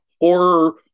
horror